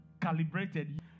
calibrated